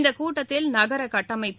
இந்தக் கூட்டத்தில் நகர கட்டமைப்பு